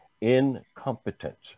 incompetent